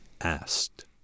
asked